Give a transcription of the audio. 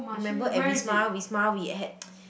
remember at Wisma Wisma we had